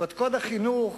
קודקוד החינוך